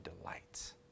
delights